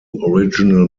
original